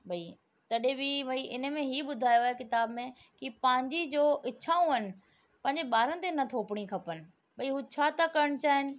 भई तॾहिं बि भई इन में हीउ ॿुधायो आहे किताब में पंहिंजी जो इछाऊं आहिनि पंहिंजे ॿारनि ते न थोपणी खपनि भाई हू छा था करण चाहिनि